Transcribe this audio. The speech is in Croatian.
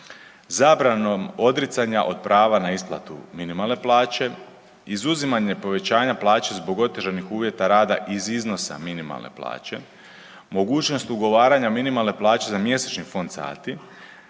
zabranom odricanja od prava na isplatu minimalne plaće, izuzimanje povećanja plaće zbog otežanih uvjeta rada iz iznosa minimalne plaće, mogućnost ugovaranja minimalne plaće za mjesečni fond sati